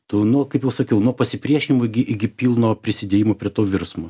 tu nu kaip jau sakiau nuo pasipriešinimo gi iki pilno prisidėjimo prie to virsmo